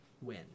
win